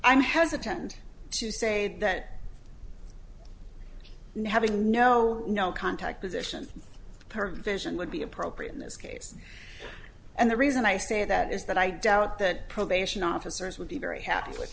i'm hesitant to say that now having no no contact position her vision would be appropriate in this case and the reason i say that is that i doubt that probation officers would be very happy with